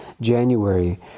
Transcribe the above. January